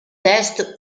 test